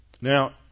Now